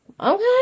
Okay